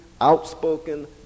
outspoken